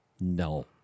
No